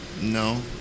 No